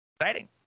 Exciting